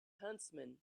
huntsman